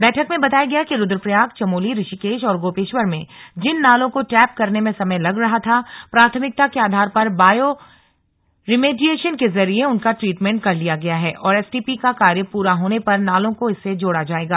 बैठक में बताया गया कि रुद्रप्रयाग चमोली ऋषिकेश और गोपेश्वर में जिन नालों को टैप करने में समय लग रहा था प्राथमिकता के आधार पर बायो रिमेडिएशन के जरिये उनका ट्रीटमेंट कर लिया गया है और एसटीपी का कार्य पूरा होने पर नालों को इससे जोड़ा जाएगा